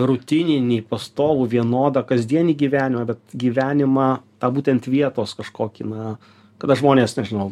rutininį pastovų vienodą kasdienį gyvenimą bet gyvenimą tą būtent vietos kažkokį na kada žmonės nežinau